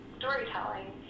storytelling